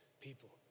people